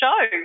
show